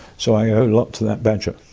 so i owe a lot to that badger.